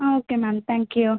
ah okay ma'am thank you